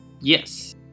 Yes